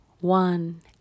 one